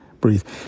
breathe